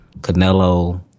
Canelo